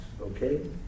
okay